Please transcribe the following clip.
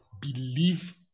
believe